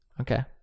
Okay